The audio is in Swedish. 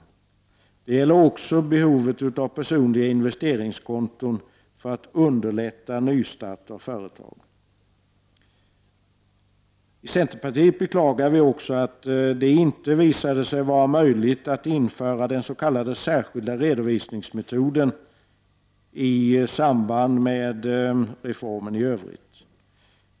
Det gäller också behovet av personliga investeringskonton i syfte att underlätta nystart av företag. I centerpartiet beklagar vi ockå att det inte visade sig vara möjligt att införa den s.k. särskilda redovisningsmetoden i samband med genomförandet av reformen i övrigt.